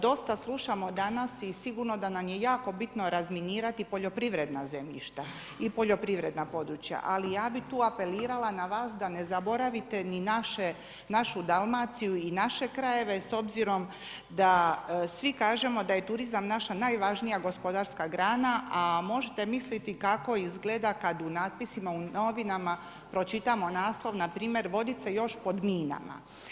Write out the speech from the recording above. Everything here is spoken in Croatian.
Dosta slušamo danas i sigurno da nam je jako bitno razminirati poljoprivredna zemljišta i poljoprivredna područja, ali ja bih tu apelirala na vas da ne zaboravite ni našu Dalmaciju i naše krajeve s obzirom da svi kažemo da je turizam naša najvažnija gospodarska grana, a možete misliti kako izgleda kada u natpisima u novinama pročitamo naslov npr. Vodice još pod minama.